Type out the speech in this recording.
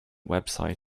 website